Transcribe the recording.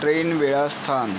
train वेळा स्थान